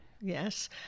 Yes